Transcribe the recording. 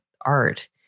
art